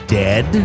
dead